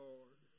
Lord